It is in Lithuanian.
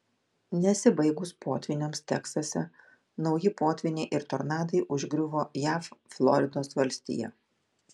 nesibaigus potvyniams teksase nauji potvyniai ir tornadai užgriuvo jav floridos valstiją